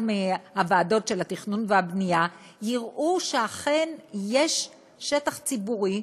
מהוועדות של התכנון והבנייה יראו שאכן יש שטח ציבורי,